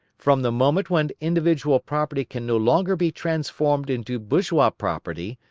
from the moment when individual property can no longer be transformed into bourgeois property,